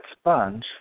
sponge